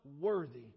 worthy